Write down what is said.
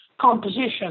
composition